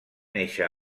néixer